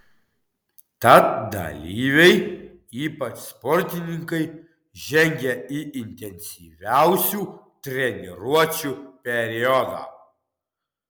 tad dalyviai ypač sportininkai žengia į intensyviausių treniruočių periodą